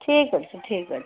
ଠିକ୍ ଅଛି ଠିକ୍ ଅଛି